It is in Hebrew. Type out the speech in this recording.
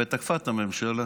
ותקפה את הממשלה.